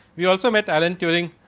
we also met alan turing,